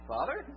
Father